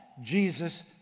Jesus